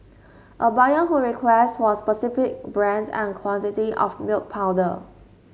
a buyer would request for a specific brand and quantity of milk powder